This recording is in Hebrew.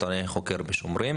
אני עיתונאי חוקר ב- ׳שומרים׳,